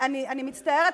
אני מצטערת,